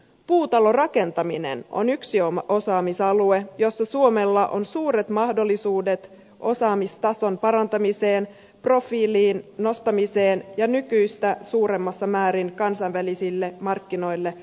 puutalorakentaminen on yksi osaamisalue jossa suomella on suuret mahdollisuudet osaamistason parantamiseen profiilin nostamiseen ja nykyistä suuremmassa määrin kansainvälisille markkinoille hakeutumiseen